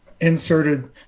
inserted